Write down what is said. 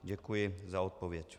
Děkuji za odpověď.